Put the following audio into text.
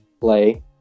play